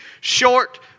short